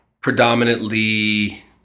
predominantly